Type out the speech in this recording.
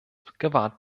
gewahrt